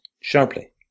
sharply